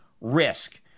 risk